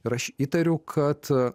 ir aš įtariu kad